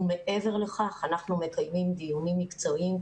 מעבר לכך, אנחנו מקיימים דיונים מקצועיים.